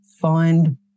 find